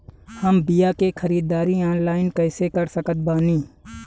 हम बीया के ख़रीदारी ऑनलाइन कैसे कर सकत बानी?